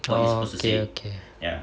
oh okay okay